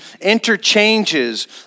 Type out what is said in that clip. interchanges